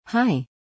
Hi